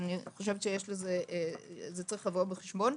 אני חושבת שזה צריך לבוא בחשבון.